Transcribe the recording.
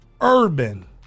urban